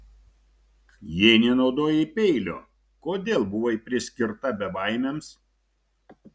jei nenaudojai peilio kodėl buvai priskirta bebaimiams